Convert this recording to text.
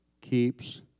keeps